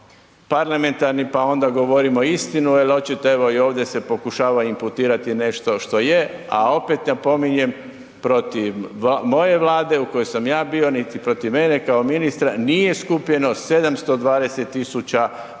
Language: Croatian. budimo parlamentarni pa onda govorimo istinu jer očito evo i ovdje se pokušava imputirati nešto što je a opet napominjem, protiv moje Vlade u kojoj sam ja bio, niti protiv mene kao ministra nije skupljeno 720 000